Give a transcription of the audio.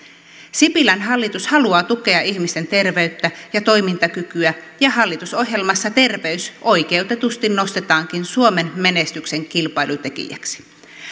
sipilän hallitus haluaa tukea ihmisten terveyttä ja toimintakykyä ja hallitusohjelmassa terveys oikeutetusti nostetaankin suomen menestyksen kilpailutekijäksi